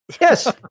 Yes